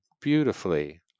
beautifully